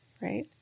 right